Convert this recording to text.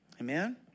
Amen